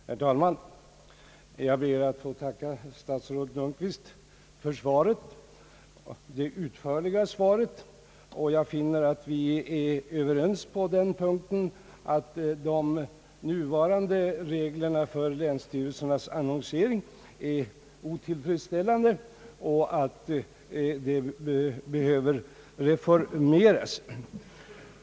Herr talman! Jag ber att få tacka statsrådet Lundkvist för det utförliga svaret. Jag finner att vi är överens om att de nuvarande reglerna för länsstyrelsernas annonsering är otillfredsställande och att de behöver reformeras.